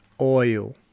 oil